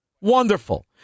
Wonderful